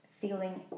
feeling